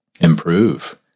improve